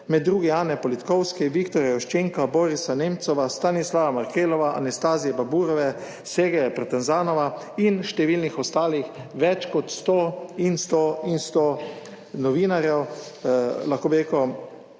med drugim Ane Politkovske, Viktorja Juščenka, Borisa Nemcova, Stanislava Markelova, Anastazije Baburove, Sergeja Protazanova in številnih ostalih, več kot sto in sto in sto novinarjev lahko bi